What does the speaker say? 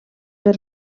per